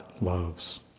loves